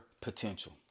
potential